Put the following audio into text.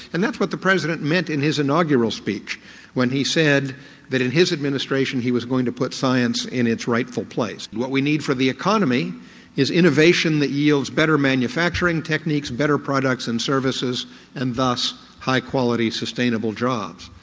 and that's what the president meant in his inaugural speech when he said that in his administration he was going to put science in its rightful place. what we need for the economy is innovation that yields better manufacturing techniques, better products and services and thus high quality sustainable jobs.